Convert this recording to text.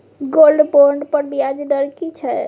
Gold bond पर ब्याज दर की छै?